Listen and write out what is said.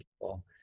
people